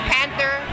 Panther